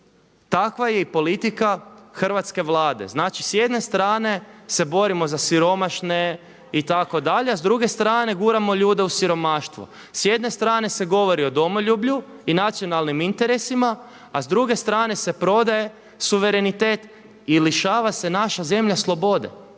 takva je i politika hrvatske Vlade. Znači s jedne strane se borimo za siromašne itd., a s druge strane guramo ljude u siromaštvo. S jedne strane se govori o domoljublju i nacionalnim interesima a s druge strane se prodaje suverenitet i lišava se naša zemlja slobode.